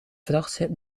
vrachtschip